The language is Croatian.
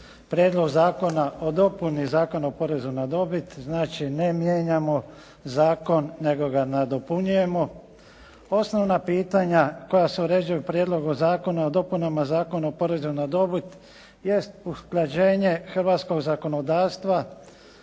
Prijedlog zakona o dopunama Zakona o porezu na dobit, znači ne mijenjamo zakon nego ga nadopunjujemo. Osnovna pitanja koja se uređuju Prijedlogom zakona o dopunama Zakona o porezu na dobit jest usklađenje hrvatskog zakonodavstva